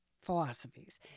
philosophies